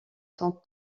sont